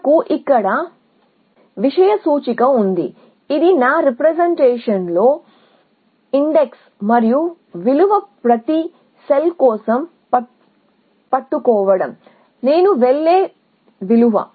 మనకు ఇక్కడ index ఉంది ఇది నా రీప్రెజెంటేషన్ లో ఇన్ డెక్స్ మరియు విలువ ప్రతి సెల్ కోసం పట్టుకోవడం నేను వెళ్ళే విలువ